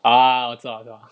啊我知道我知道